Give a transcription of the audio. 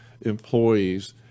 employees